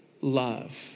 love